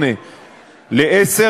20:00 ל-22:00,